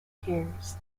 tears